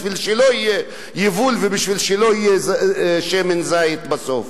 בשביל שלא יהיה יבול ובשביל שלא יהיה שמן זית בסוף,